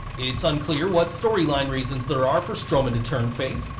it's unclear what storyline reasons there are for strowman to turn face,